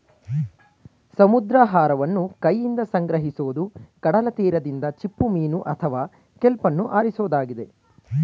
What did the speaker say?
ಸಮುದ್ರಾಹಾರವನ್ನು ಕೈಯಿಂದ ಸಂಗ್ರಹಿಸೋದು ಕಡಲತೀರದಿಂದ ಚಿಪ್ಪುಮೀನು ಅಥವಾ ಕೆಲ್ಪನ್ನು ಆರಿಸೋದಾಗಿದೆ